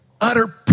Utter